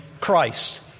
Christ